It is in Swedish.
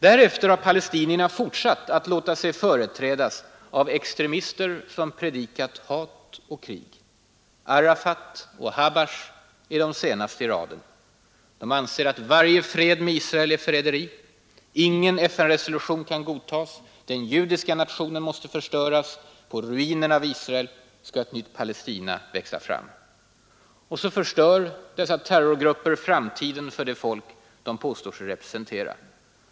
Därefter har palestinierna fortsatt att låta sig företrädas av extremister som predikat hat och krig. Arafat och Habash är de senaste i raden. De anser att varje fred med Israel är förräderi. Ingen FN-resolution kan godtas. Den judiska nationen måste förstöras. På ruinerna av Israel skall ett nytt Palestina växa fram. Så förstör dessa terrorgrupper framtiden för det folk de påstår sig representera.